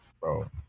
Bro